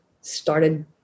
started